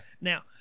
Now